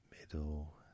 middle